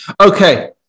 Okay